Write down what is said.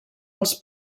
els